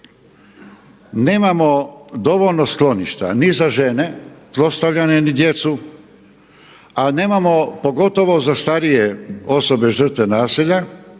nemamo dovoljno skloništa ni za žene zlostavljanje ni djecu, a nemamo pogotovo za starije osobe žrtve nasilja,